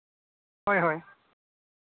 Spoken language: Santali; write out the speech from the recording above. ᱦᱳᱭ ᱦᱳᱭ